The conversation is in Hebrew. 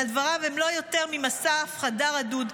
אבל דבריו הם לא יותר ממסע הפחדה רדוד,